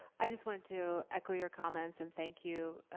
i just wanted to echo your comments and thank you,